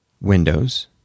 Windows